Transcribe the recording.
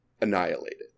annihilated